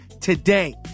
today